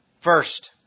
First